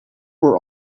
were